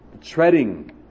treading